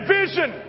vision